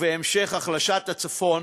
ובהמשך בהחלשת הצפון,